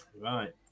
Right